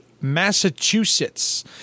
Massachusetts